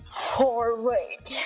forward